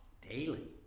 daily